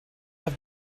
have